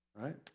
Right